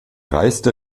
reiste